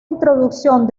introducción